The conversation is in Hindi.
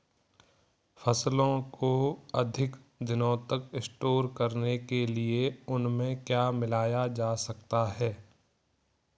फसलों को अधिक दिनों तक स्टोर करने के लिए उनमें क्या मिलाया जा सकता है?